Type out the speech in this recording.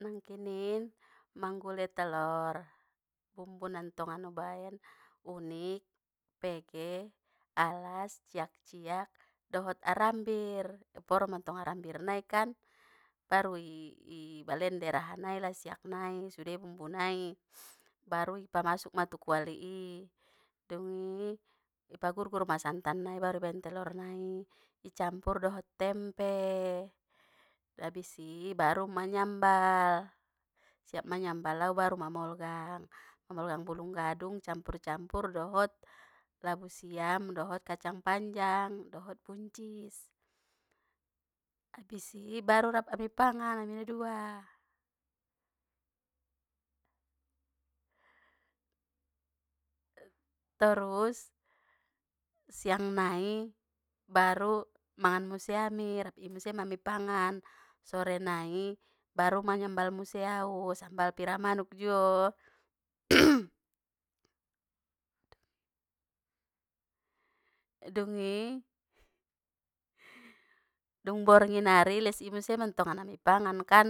Nangkinin manggule telor bumbuna tongan ubaen, unik, pege, alas, ciak ciak, dohot arambir, i poro mantong arambir nai kan, bari i- ibalender aha nai lasiak nai sude bumbu nai, baru i pamasuk ma tu kuali i, dungi, i pagurgur ma santan nai baru i baen telornai, icampur dohot tempe, abisi baru manyambal, siap manyambal au baru mamolgang, mamolgang bulung gadung campur campur dohot labu siam dohot kacang panjang, dohot buncis. Abis i baru rap ami pangan ami nadua. Torus, siang nai baru mangan muse ami rap i muse ma ami pangan, sore nai baru manyambal muse au sambal pira manuk juo. Dungi, dung borngin ari les i muse mantongan ami pangan kan,